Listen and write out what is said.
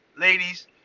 ladies